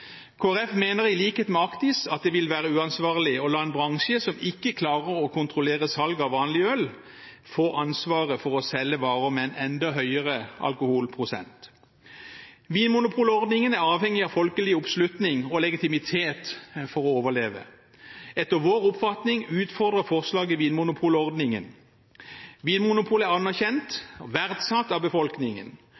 mener i likhet med Actis at det vil være uansvarlig å la en bransje som ikke klarer å kontrollere salg av vanlig øl, få ansvaret for å selge varer med en enda høyere alkoholprosent. Vinmonopolordningen er avhengig av folkelig oppslutning og legitimitet for å overleve. Etter vår oppfatning utfordrer forslaget vinmonopolordningen. Vinmonopolet er anerkjent